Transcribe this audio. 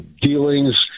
dealings